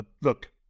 look